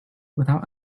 without